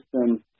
system